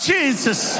Jesus